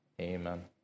Amen